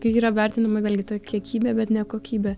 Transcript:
kai yra vertinama vėlgi ta kiekybė bet ne kokybė